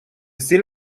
steal